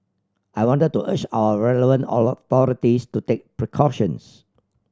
I wanted to urge our relevant to take precautions